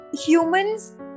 humans